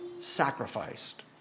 sacrificed